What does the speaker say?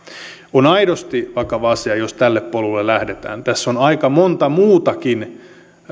on aidosti vakava asia jos tälle polulle lähdetään tässä on aika monta muutakin